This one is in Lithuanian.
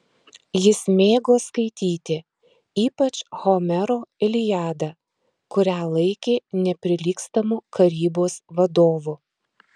jis mėgo skaityti ypač homero iliadą kurią laikė neprilygstamu karybos vadovu